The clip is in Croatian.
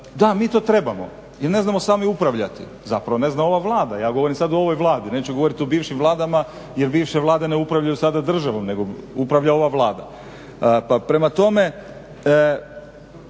Da, mi to trebamo jer ne znamo sami upravljati, zapravo ne zna ova Vlada, ja govorim sad o ovoj Vladi, neću govoriti o bivšim vladama jer bivše Vlade ne upravljaju sada državom nego upravlja ova Vlada.